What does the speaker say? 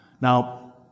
Now